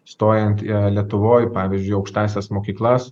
stojant lietuvoj pavyzdžiui į aukštąsias mokyklas